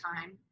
time